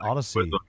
Odyssey